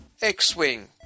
X-Wing